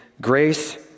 Grace